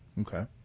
Okay